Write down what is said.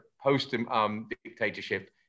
post-dictatorship